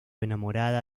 enamorada